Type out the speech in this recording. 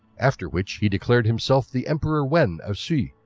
after which he declared himself the emperor wen of sui.